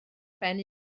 ben